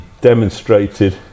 demonstrated